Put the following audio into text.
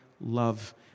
love